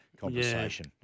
conversation